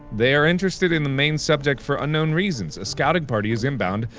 they are interested in the main subject for unknown reasons. a scouting party is inbound.